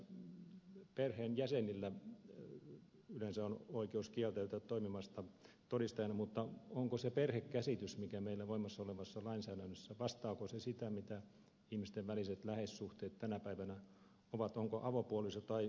perheenjäsenillä yleensä on oikeus kieltäytyä toimimasta todistajana mutta vastaako se perhekäsitys mikä meillä on voimassa olevassa lainsäädännössä sitä mitä ihmisten väliset läheissuhteet tänä päivänä ovat